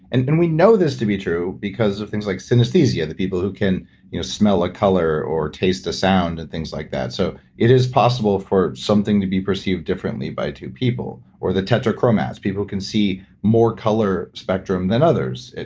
and and we know this to be true because of things like synesthesia, the people who can you know smell a color or taste a sound and things like that. so it is possible for something to be perceived differently by two people. or the tetrachromats, people who can see more color spectrum than others.